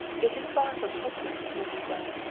it is far from hopeless, mademoiselle.